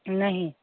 नहि